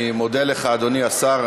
אני מודה לך, אדוני השר.